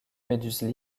méduses